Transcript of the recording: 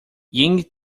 ying